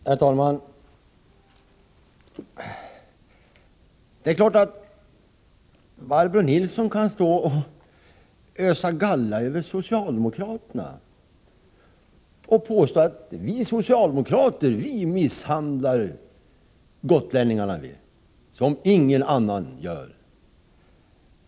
Herr talman! Det är klart att Barbro Nilsson i Visby kan stå och ösa galla över socialdemokraterna och påstå att vi socialdemokrater misshandlar gotlänningarna som ingen annan gör.